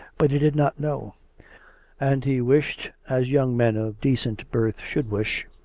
but he did not know and he wished, as young men of decent birth should wish,